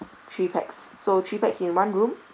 three pax so three pax in one room